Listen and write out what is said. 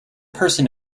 person